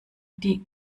die